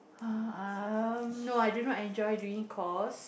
uh no i did not enjoy during calls